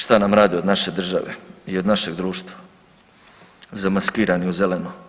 Šta nam rade od naše države i od našeg društva, zamaskirani u zeleno.